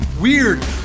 weird